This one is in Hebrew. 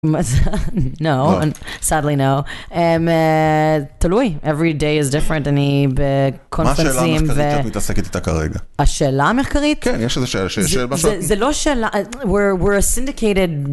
מה זה, no, sadly no, תלוי, every day is different, אני בקונפלסים ו- מה השאלה המחקרית שאת מתעסקת איתה כרגע? השאלה המחקרית? כן, יש איזה שאלה שיש שאלה בסוף. זה לא שאלה, we're a syndicated...